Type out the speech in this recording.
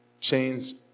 Chains